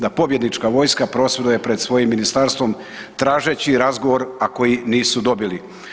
Da pobjednička vojska prosvjeduje pred svojim ministarstvom tražeći razgovor, a koji nisu dobili.